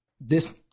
this-